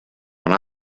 when